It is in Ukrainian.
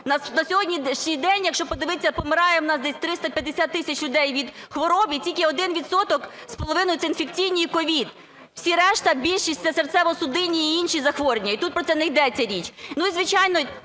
На сьогоднішній день, якщо подивитись, помирає у нас 350 тисяч людей від хвороб, і тільки один відсоток з половиною – це інфекційні і COVID. Всі решта, більшість – це серцево-судині і інші захворювання, і тут про це не йдеться річ.